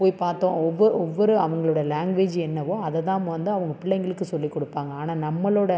போய் பார்த்தோம் ஒவ்வொரு ஒவ்வொரு அவங்களோடய லாங்வேஜ் என்னவோ அதை தான் வந்து அவங்க பிள்ளைங்களுக்கு சொல்லிக்கொடுப்பாங்க ஆனால் நம்மளோடய